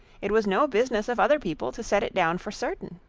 it was no business of other people to set it down for certain.